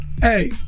hey